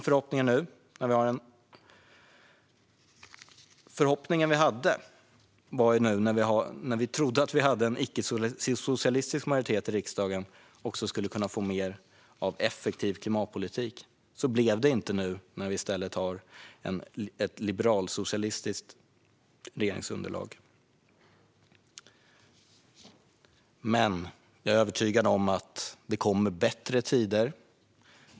Förhoppningen vi hade, när vi trodde att vi hade en icke-socialistisk majoritet i riksdagen, var att vi också skulle kunna få mer av effektiv klimatpolitik. Så blev det inte. Nu har vi i stället ett liberalsocialistiskt regeringsunderlag. Men jag är övertygad om att det kommer bättre tider.